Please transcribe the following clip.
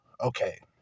okay